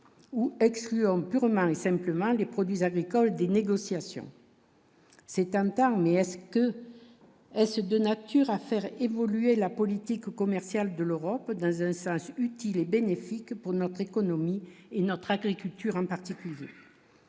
ou excluante purement et simplement les produits agricoles des négociations. C'est un et est-ce que. Que ce de nature à faire. évoluer la politique commerciale de l'Europe d'utiles et bénéfiques pour notre économie et notre agriculture en particulier